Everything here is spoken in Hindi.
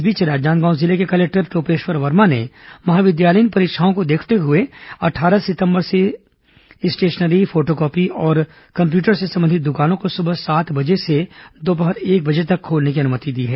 इस बीच राजनांदगांव जिले के कलेक्टर टोपेश्वर वर्मा ने महाविद्यालयीन परीक्षाओं को देखते हुए अट्ठारह सितंबर तक स्टेशनरी फोटोकॉपी और कम्प्यूटर से संबंधित दुकानों को सुबह सात बजे से दोपहर एक बजे तक खोलने की अनुमति दी है